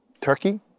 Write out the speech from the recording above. Turkey